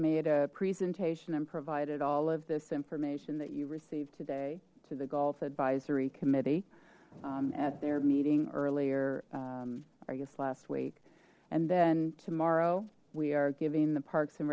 made a presentation and provided all of this information that you receive today to the golf advisory committee at their meeting earlier i guess last week and then tomorrow we are giving the parks and